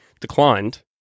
declined